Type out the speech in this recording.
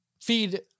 feed